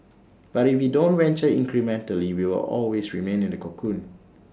but if we don't venture incrementally we will always remain in the cocoon